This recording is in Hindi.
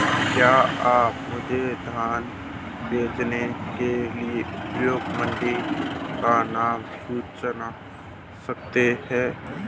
क्या आप मुझे धान बेचने के लिए उपयुक्त मंडी का नाम सूझा सकते हैं?